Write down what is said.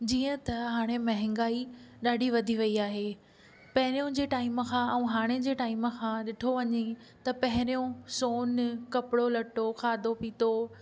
जीअं त हाणे महांगाई ॾाढी वधी वई आहे पहिरियों जे टाइम खां ऐं हाणे जे टाइम खां ॾिठो वञे त पहिरियों सोनु कपिड़ो लटो खादो पीतो